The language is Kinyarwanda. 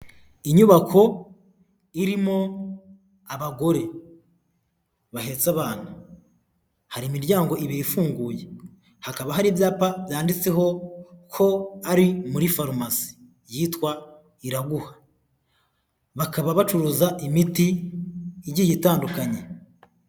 Inyubako irimo abagore bahetse abana, hari imiryango ibiri ifunguye, hakaba hari ibyapa byaditseho ko ari muri farumasi yitwa Iraguha, bakaba bacuruza imiti igiye itandukanye.